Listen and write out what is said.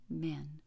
men